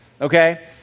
okay